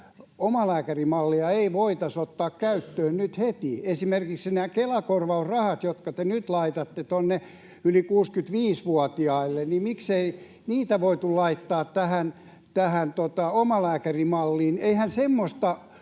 omalääkärimallia ei voitaisi ottaa käyttöön nyt heti? Esimerkiksi nämä Kela-korvausrahat, jotka te nyt laitatte tuonne yli 65-vuotiaille — miksei niitä voitu laittaa tähän omalääkärimalliin? [Antti